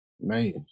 Man